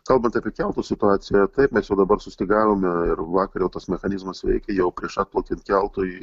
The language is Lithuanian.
kalbant apie keltų situaciją taip mes jau dabar sustygavome ir vakar jau tas mechanizmas veikė jau prieš atplaukiant keltui